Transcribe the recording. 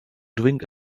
drink